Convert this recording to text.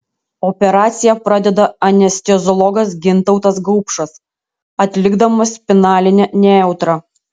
operaciją pradeda anesteziologas gintautas gaupšas atlikdamas spinalinę nejautrą